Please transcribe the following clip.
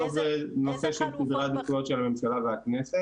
בסוף זה נושא של סדרי עדיפויות של הממשלה והכנסת.